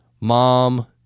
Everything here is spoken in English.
mom